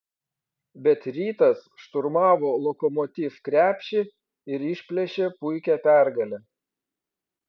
bet rytas šturmavo lokomotiv krepšį ir išplėšė puikią pergalę